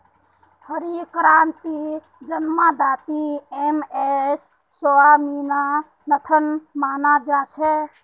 हरित क्रांतिर जन्मदाता एम.एस स्वामीनाथनक माना जा छे